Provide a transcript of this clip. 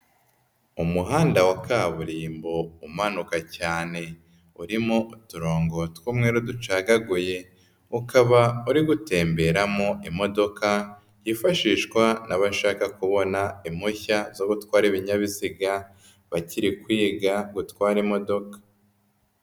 Umuhanda wa kaburimbo umanuka cyane, urimo uturongo tw'umweru ducagaguye, ukaba uri gutemberamo imodoka, yifashishwa n'abashaka kubona impushya zo gutwara ibinyabiziga, bakiri kwiga gutwara imodoka.